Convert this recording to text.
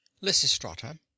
Lysistrata